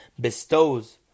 bestows